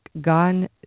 gone